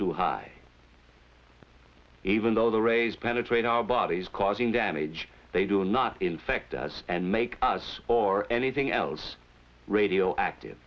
too high even though the rays penetrate our bodies causing damage they do not infect us and make us or anything else radioactive